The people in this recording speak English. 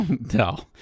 no